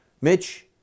Mitch